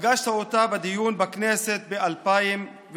פגשת אותה בדיון בכנסת ב-2012,